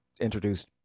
introduced